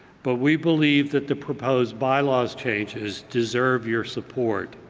but we believe that the proposed bylaws changes deserve your support.